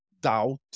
doubt